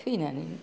थैनानै